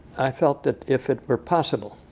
i felt that if it were possible,